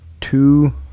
two